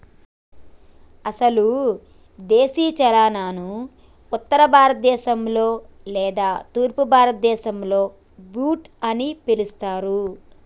అసలు దేశీ చనాను ఉత్తర భారత దేశంలో లేదా తూర్పు భారతదేసంలో బూట్ అని పిలుస్తారు